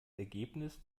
ergebnis